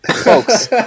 folks